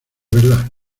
verdad